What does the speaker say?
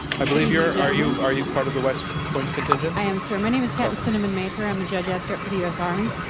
i believe you're are you are you part of the west point contingent? i am, sir. my name is captain cinnamon macer, i'm a judge advocate for the u. s. army,